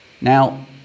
now